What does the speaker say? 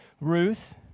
Ruth